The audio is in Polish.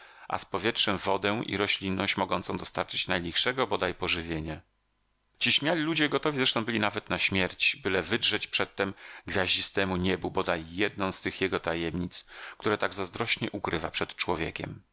a z powietrzem wodę i roślinność mogącą dostarczyć najlichszego bodaj pożywienia ci śmiali ludzie gotowi zresztą byli nawet na śmierć byle wydrzeć przedtem gwiaździstemu niebu bodaj jednę z tych jego tajemnic które tak zazdrośnie ukrywa przed człowiekiem